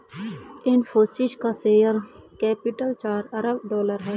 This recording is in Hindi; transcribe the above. इनफ़ोसिस का शेयर कैपिटल चार अरब डॉलर है